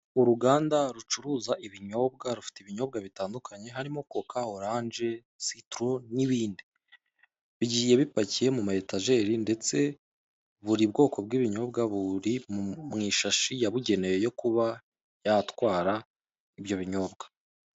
Uruganda rucuruza ibinyobwa, rufite ibinyobwa bitandukanye, harimo koka, oranje, sitoro n'ibindi. Bigiye bipakiye mu mayetajeri ndetse buri bwoko bw'ibinyobwa buri mu ishashi yabugenewe yo kuba yatwara ibyo binyobwa.